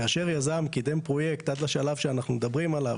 כאשר יזם קידם פרויקט עד לשלב שאנחנו מדברים עליו,